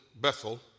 Bethel